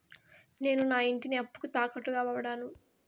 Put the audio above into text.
నేను నా ఇంటిని అప్పుకి తాకట్టుగా వాడాను